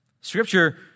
Scripture